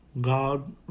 God